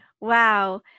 Wow